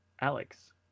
alex